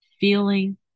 feeling